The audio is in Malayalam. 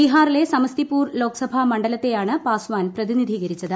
ബീഹാറിലെ സമസ്തിപൂർ ലോക്സഭാ മണ്ഡലത്തെയാണ് പാസ്ഖാൻ പ്രതിനിധീകരിച്ചത്